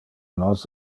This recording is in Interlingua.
nos